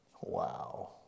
Wow